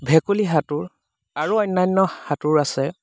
ভেকুলী সাঁতোৰ আৰু অন্যান্য সাঁতোৰ আছে